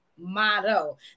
motto